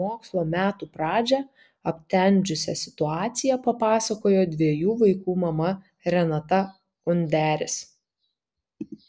mokslo metų pradžią aptemdžiusią situaciją papasakojo dviejų vaikų mama renata underis